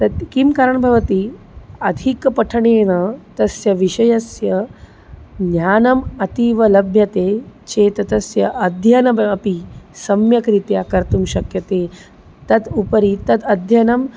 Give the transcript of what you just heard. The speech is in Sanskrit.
तत् किं कारणं भवति अधिकपठनेन तस्य विषयस्य ज्ञानम् अतीव लभ्यते चेत् तस्य अध्ययनमपि सम्यग्रीत्या कर्तुं शक्यते तत् उपरि तत् अध्ययनं